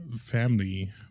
family